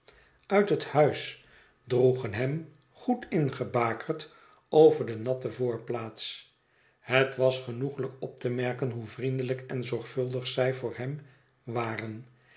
uit het huis droegen hem goed ingebakerd over de natte voorplaats het was genoeglijk op te merken hoe vriendelijk en zorgvuldig zij voor hem waren